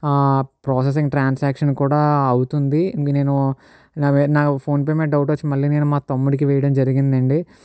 processing transaction కూడా అవుతుంది నేను నా ఫోన్పే మీద డౌట్ వచ్చి మళ్ళీ నేను మా తమ్ముడికి వేయడం జరిగింది అండి